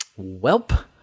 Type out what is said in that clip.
Welp